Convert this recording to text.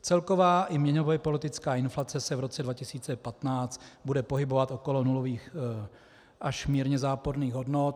Celková i měnově politická inflace se v roce 2015 bude pohybovat okolo nulových až mírně záporných hodnot.